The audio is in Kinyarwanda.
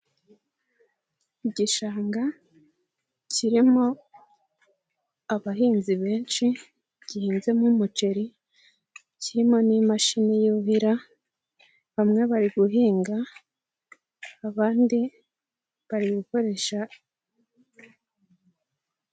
Igishanga kirimo abahinzi benshi gihinzemo umuceri kirimo n'imashini yuhira, bamwe bari guhinga abandi bari gukoresha.